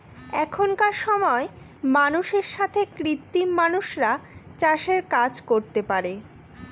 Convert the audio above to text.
এখনকার সময় মানুষের সাথে কৃত্রিম মানুষরা চাষের কাজ করতে পারে